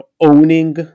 owning